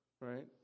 Right